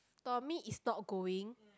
Tommy is not going